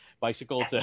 bicycle